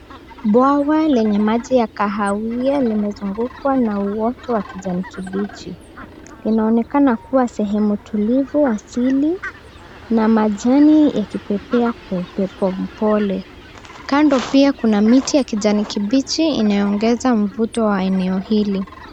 Bwawa lenye maji ya kahawia limezungukwa na uoto wa kijani kibichi. Linaonekana kuwa sehemu tulivu asili na majani yakipepea kwa upepo mpole. Kando pia kuna miti ya kijani kibichi inayoongeza mvuto wa eneo hili.